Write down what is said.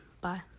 bye